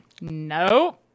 No